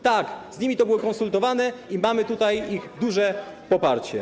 Tak, z nimi to było konsultowane i mamy ich duże poparcie.